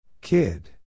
Kid